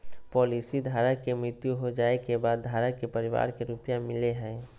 policy धारक के मृत्यु हो जाइ के बाद धारक के परिवार के रुपया मिलेय हइ